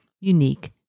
unique